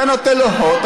אתה נותן לו הוט,